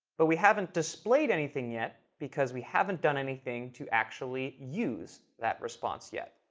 but we haven't displayed anything yet, because we haven't done anything to actually use that response yet.